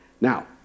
Now